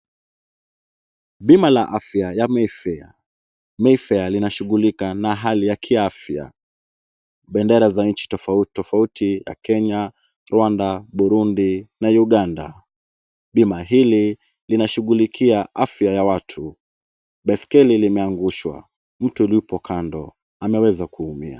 Bima la afya ya Mayfair. Mayfair linashughulika na hali ya kiafya. Bendera za nchi tofauti tofauti ya Kenya, Rwanda, Burundi na Uganda. Bima hili linashughulikia afya ya watu. Baiskeli limeangushwa. Mtu yupo kando ameweza kuumia.